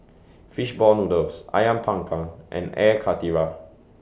Fish Ball Noodles Ayam Panggang and Air Karthira